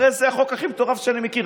הרי זה החוק הכי מטורף שאני מכיר,